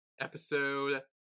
Episode